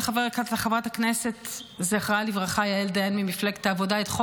חברת הכנסת ממפלגת העבודה יעל דיין,